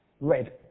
Red